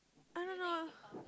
I don't know